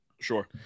Sure